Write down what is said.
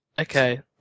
Okay